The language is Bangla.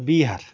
বিহার